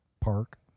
park